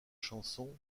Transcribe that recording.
chansons